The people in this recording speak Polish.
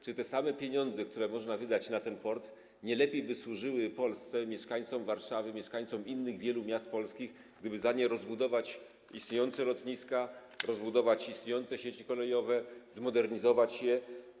Czy te same pieniądze, które można wydać na ten port, nie lepiej by służyły Polsce i mieszkańcom Warszawy, mieszkańcom wielu innych polskich miast, gdyby za nie rozbudować istniejące lotniska, rozbudować istniejące sieci kolejowe, zmodernizować je?